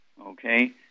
okay